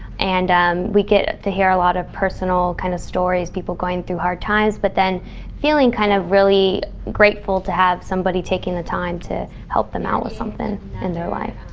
and um we get to hear a lot of personal kind of stories, people going through hard times, but then feeling kind of really grateful to have somebody taking the time to help them out with something in their life.